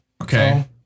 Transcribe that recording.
Okay